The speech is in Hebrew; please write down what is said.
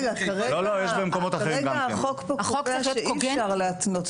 כרגע החוק פה קובע שאי אפשר להתנות.